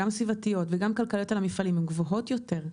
גם סביבתיות וגם כלכליות על המפעלים הן גבוהות יותר.